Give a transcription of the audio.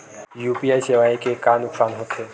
UPI सेवाएं के का नुकसान हो थे?